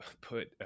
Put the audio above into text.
put